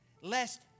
lest